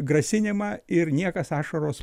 grasinimą ir niekas ašaros